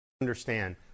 Understand